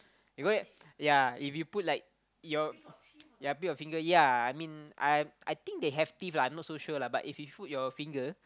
if you go ya if you put like your ya bit your finger ya I mean I I think they have teeth lah I not so sure lah but if you put your finger